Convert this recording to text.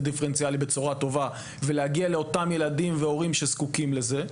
דיפרנציאלי בצורה טובה ולהגיע לאותם ילדים והורים שזקוקים לזה.